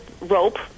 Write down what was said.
rope